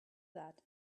that